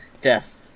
death